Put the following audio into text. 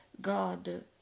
God